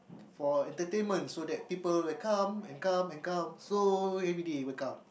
for entertainment so that people will come and come and come so everyday will come